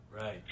Right